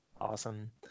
Awesome